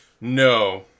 No